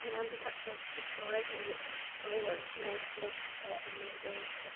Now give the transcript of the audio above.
ઘણાં બધા એપ જોવા જઇએ તો નેટફ્લિક્સ છે એમેઝોન છે